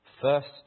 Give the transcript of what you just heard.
first